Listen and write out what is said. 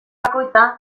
bakoitza